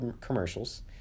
commercials